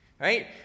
right